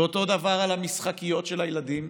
ואותו דבר עם המשחקיות של הילדים,